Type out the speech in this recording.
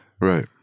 right